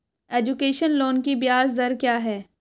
Education loan की ब्याज दर क्या है?